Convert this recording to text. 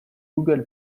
google